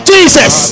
Jesus